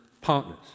partners